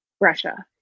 Russia